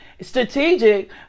strategic